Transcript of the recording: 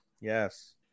Yes